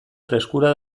freskura